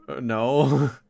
no